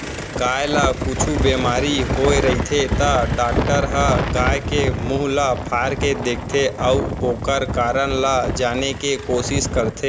गाय ल कुछु बेमारी होय रहिथे त डॉक्टर ह गाय के मुंह ल फार के देखथें अउ ओकर कारन ल जाने के कोसिस करथे